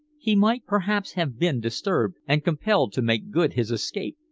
he might perhaps have been disturbed and compelled to make good his escape.